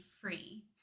Free